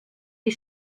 die